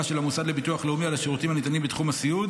של המוסד לביטוח הלאומי על השירותים הניתנים בתחום הסיעוד